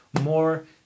more